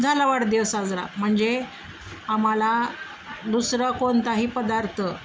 झाला वाढदिव साजरा म्हणजे आम्हाला दुसरं कोणताही पदार्थ